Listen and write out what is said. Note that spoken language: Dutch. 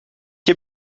heb